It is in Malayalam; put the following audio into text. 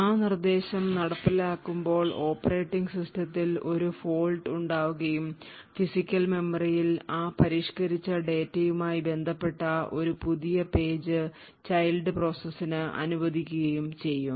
ആ നിർദ്ദേശം നടപ്പിലാക്കുമ്പോൾ ഓപ്പറേറ്റിംഗ് സിസ്റ്റത്തിൽ ഒരു fault ഉണ്ടാവുകയും ഫിസിക്കൽ മെമ്മറിയിൽ ആ പരിഷ്കരിച്ച ഡാറ്റയുമായി ബന്ധപ്പെട്ട ഒരു പുതിയ പേജ് ചൈൽഡ് പ്രോസസ്സിന് അനുവദിക്കുകയും ചെയ്യും